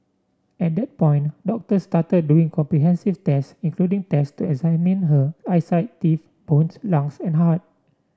at that point doctors started doing comprehensive tests including tests to examine her eyesight teeth bones lungs and heart